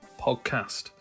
Podcast